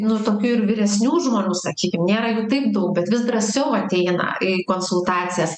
nu tokių ir vyresnių žmonių sakykim nėra jų taip daug bet vis drąsiau ateina į konsultacijas